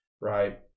right